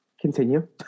Continue